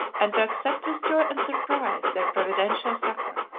and to accept with joy and surprise their providential succor.